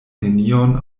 nenion